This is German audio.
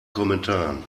kommentaren